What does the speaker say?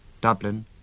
Dublin